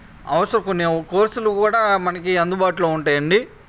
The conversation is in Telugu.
ఆల్సో కొన్ని కోర్సులు కూడా మనకి అందుబాటులో ఉంటాయండి